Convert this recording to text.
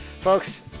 folks